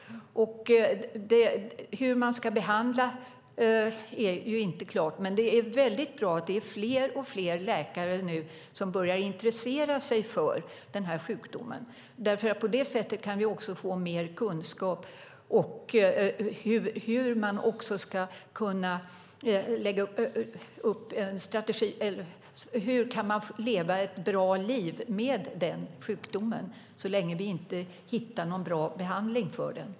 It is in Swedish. Hur man ska behandla är inte klart, men det är väldigt bra att det är fler och fler läkare som börjar intressera sig för den här sjukdomen. På det sättet kan vi också få mer kunskap om hur man ska kunna lägga upp en strategi för hur patienten ska kunna leva ett bra liv med sjukdomen så länge vi inte hittar någon bra behandling för den.